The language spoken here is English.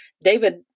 David